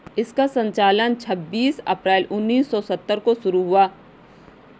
इसका संचालन छब्बीस अप्रैल उन्नीस सौ सत्तर को शुरू हुआ